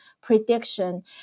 prediction